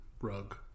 rug